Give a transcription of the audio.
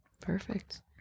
Perfect